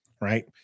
Right